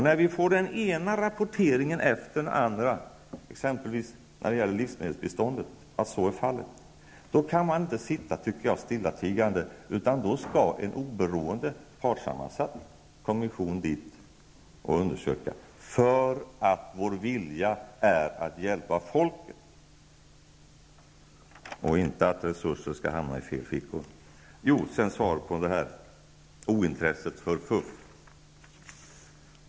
När vi får den ena rapporten efter den andra om att så är fallet, exempelvis när det gäller livsmedelsbiståndet, kan vi inte förbli stillatigande, utan då skall, tycker jag, en oberoende, partssammansatt kommission dit och undersöka. Vår vilja är att hjälpa folket och inte att resurser skall hamna i andras fickor. Jag vill också svara på påståendet om ointresse för FUF.